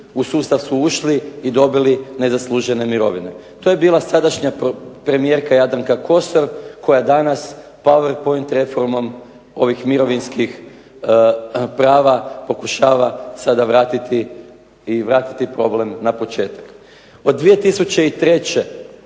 u sustav su ušli i dobili nezaslužene mirovine. To je bila sadašnja premijerka Jadranka Kosor koja je danas powerpoint reformom ovih mirovinskih prava pokušava sada vratiti i vratiti problem na početak. Od 2003.